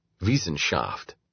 Wissenschaft